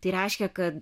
tai reiškia kad